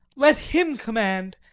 let him command,